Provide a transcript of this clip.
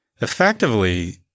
Effectively